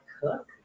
cook